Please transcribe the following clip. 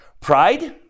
pride